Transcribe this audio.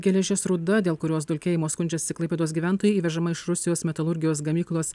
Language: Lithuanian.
geležies rūda dėl kurios dulkėjimo skundžiasi klaipėdos gyventojai įvežama iš rusijos metalurgijos gamyklos